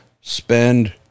spend